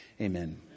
amen